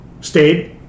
stayed